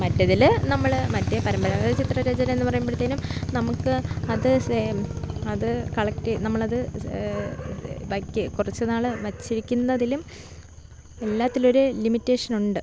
മറ്റേതിൽ നമ്മൾ മറ്റെ പരമ്പരാഗത ചിത്രരചന എന്ന് പറയുമ്പഴത്തേനും നമുക്ക് അത് കളക്ട് നമ്മൾ അത് വയ്ക്കെ കുറച്ച് നാൾ വെച്ചിരിക്കുന്നതിലും എല്ലാത്തിലും ഒരു ലിമിറ്റേഷൻ ഉണ്ട്